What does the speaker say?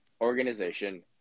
organization